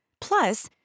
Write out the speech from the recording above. Plus